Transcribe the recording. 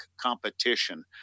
competition